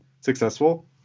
successful